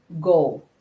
go